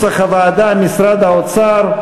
05, משרד האוצר (משרד האוצר,